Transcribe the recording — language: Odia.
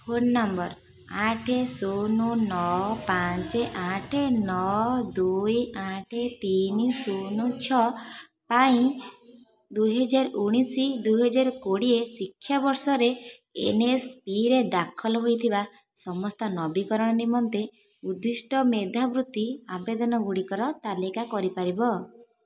ଫୋନ ନମ୍ବର ଆଠ ଶୂନ ନଅ ପାଞ୍ଚ ଆଠ ନଅ ଦୁଇ ଆଠ ତିନି ଶୂନ ଛଅ ପାଇଁ ଦୁଇ ହଜାର ଉଣେଇଶ ଦୁଇ ହଜାର କୋଡ଼ିଏ ଶିକ୍ଷାବର୍ଷରେ ଏନ୍ଏସ୍ପିରେ ଦାଖଲ ହୋଇଥିବା ସମସ୍ତ ନବୀକରଣ ନିମନ୍ତେ ଉଦ୍ଦିଷ୍ଟ ମେଧାବୃତ୍ତି ଆବେଦନ ଗୁଡ଼ିକର ତାଲିକା କରିପାରିବ